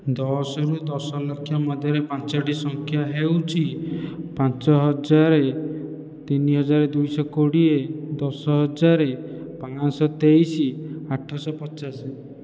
ଦଶରୁ ଦଶଲକ୍ଷ ମଧ୍ୟରେ ପାଞ୍ଚଟି ସଂଖ୍ୟା ହେଉଛି ପାଞ୍ଚହଜାର ତିନିହଜାର ଦୁଇଶହ କୋଡ଼ିଏ ଦଶହଜାର ପାଞ୍ଚଶହ ତେଇଶ ଆଠଶହ ପଚାଶ